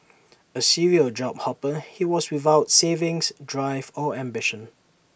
A serial job hopper he was without savings drive or ambition